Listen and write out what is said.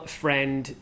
friend